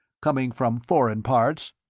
coming from foreign parts.